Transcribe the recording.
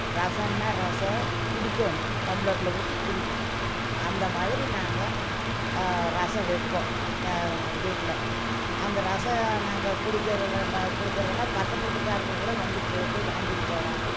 ரசம்னா ரசம் குடிக்கணும் டம்ளரில் ஊற்றி குடிக்கணும் அந்த மாதிரி நாங்கள் ரசம் வைப்போம் நான் வீட்டில் அந்த ரசம் நாங்கள் குடிக்கிற ம குடுக்கிறதுனா பக்கத்து வீட்டுக்காரர் கூட வந்து கேட்டு வாங்கிட்டு போவாங்க